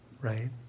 right